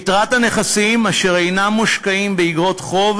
יתרת הנכסים אשר אינם מושקעים באיגרות חוב